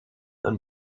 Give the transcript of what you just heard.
een